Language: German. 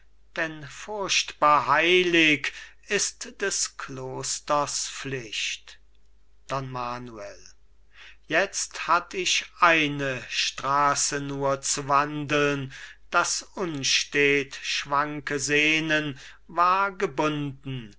denn furchtbar heilig ist des klosters pflicht don manuel jetzt hatt ich eine straße nur zu wandeln das unstet schwanke sehnen war gebunden